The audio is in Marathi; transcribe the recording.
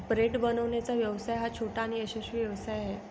ब्रेड बनवण्याचा व्यवसाय हा छोटा आणि यशस्वी व्यवसाय आहे